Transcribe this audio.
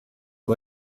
aba